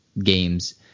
games